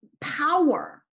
power